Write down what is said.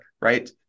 right